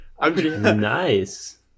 Nice